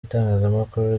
itangazamakuru